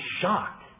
shocked